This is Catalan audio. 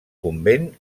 convent